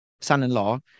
son-in-law